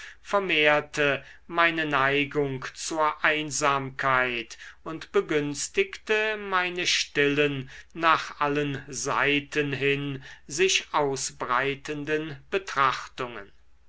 vermehrte meine neigung zur einsamkeit und begünstigte meine stillen nach allen seiten hin sich ausbreitenden betrachtungen